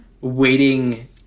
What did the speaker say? waiting